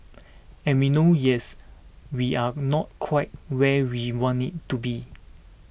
and we know yes we are not quite where we want it to be